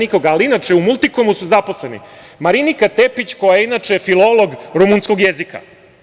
Inače, u „Multikomu“ su zaposleni Marinika Tepić koja je inače filolog rumunskog jezika.